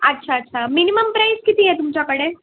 अच्छा अच्छ minimum price किती तुमच्याकडे